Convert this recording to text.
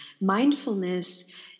mindfulness